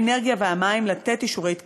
האנרגיה והמים לתת אישורי תקינות.